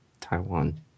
Taiwan